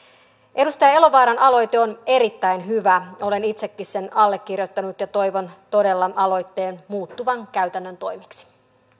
edustaja elovaaran aloite on erittäin hyvä olen itsekin sen allekirjoittanut ja toivon todella aloitteen muuttuvan käytännön toimiksi